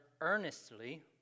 earnestly